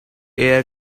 air